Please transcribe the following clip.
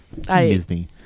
Disney